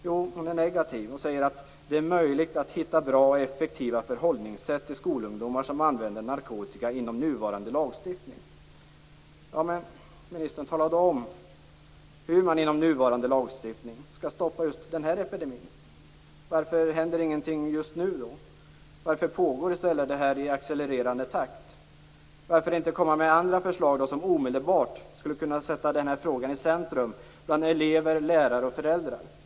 Jo, hon är negativ och säger att det inom nuvarande lagstiftning är möjligt hitta bra och effektiva förhållningssätt till skolungdomar som använder narkotika. Men, ministern, tala då om hur man inom nuvarande lagstiftning skall stoppa just den här epidemin! Varför händer ingenting just nu? Varför pågår missbruket i stället i accelererande takt? Varför inte komma med andra förslag, som omedelbart skulle kunna sätta denna fråga i centrum bland elever, lärare och föräldrar?